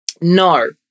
No